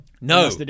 No